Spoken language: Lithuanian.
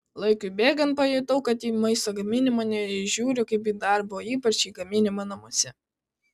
laikui bėgant pajutau kad į maisto gaminimą nežiūriu kaip į darbą ypač į gaminimą namuose